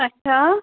اَچھا